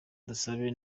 dusabe